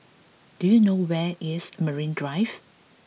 do you know where is Marine Drive